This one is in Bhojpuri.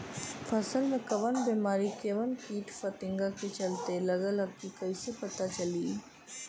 फसल में कवन बेमारी कवने कीट फतिंगा के चलते लगल ह कइसे पता चली?